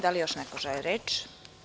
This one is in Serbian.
Da li još neko želi reč?